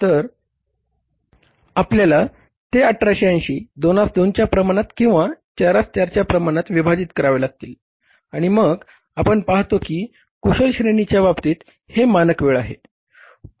तर आता आपल्याला ते 1880 22 च्या प्रमाणात किंवा 44 च्या प्रमाणात विभाजित करावे लागतील आणि मग आपण पाहतो की कुशल श्रेणीच्या बाबतीत हे मानक वेळ आहे